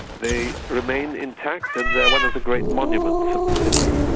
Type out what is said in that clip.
they remain intact and they are one of the great monuments of the city.